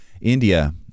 India